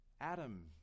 Adam